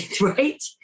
Right